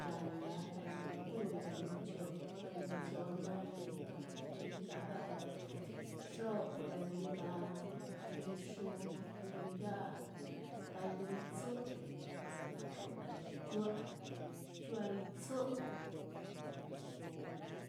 galdáh, galdáhbituhbi, galdáhbichiopa, galdáhbichohnna, galdáhbitahpa, galdáhbiga´yu, galdahbixo´pa,. galdahbiga´, galdahbixuhnnaa, galdahbiga´, galdahbitzí, chxiuáac, chxiuáacbitzi